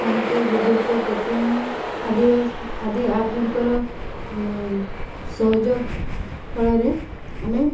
phone pay' Google Pay' Paytm ଆଦିର ଆଦି app ଗୁଡ଼ିକର ସହଯୋଗ ଫଳରେ ଆମେ